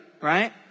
right